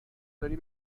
داری